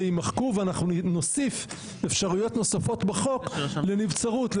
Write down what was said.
יימחקו ואנחנו נוסיף אפשרויות נוספות בחוק לנבצרות,